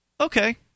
Okay